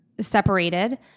separated